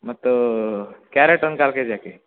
ಮತ್ತು ಕ್ಯಾರೆಟ್ ಒಂದು ಕಾಲು ಕೆಜಿ ಹಾಕಿ